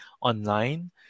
online